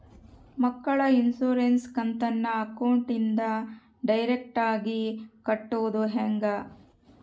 ಮಕ್ಕಳ ಇನ್ಸುರೆನ್ಸ್ ಕಂತನ್ನ ಅಕೌಂಟಿಂದ ಡೈರೆಕ್ಟಾಗಿ ಕಟ್ಟೋದು ಹೆಂಗ?